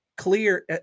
clear